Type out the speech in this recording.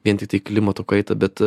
vien tiktai klimato kaitą bet